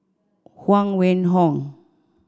Huang Wenhong